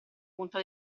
punta